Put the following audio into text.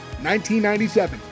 1997